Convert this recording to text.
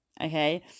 Okay